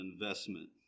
investment